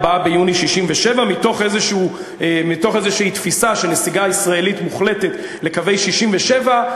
ביוני 67' מתוך איזו תפיסה שנסיגה ישראלית מוחלטת לקווי 67'